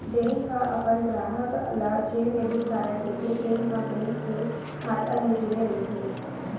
bank ह अपन गराहक ल जेन डेबिट कारड देथे तेन ह बेंक के खाता ले जुड़े रइथे